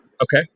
Okay